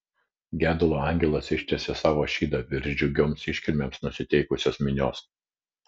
gedulo angelas ištiesė savo šydą virš džiugioms iškilmėms nusiteikusios minios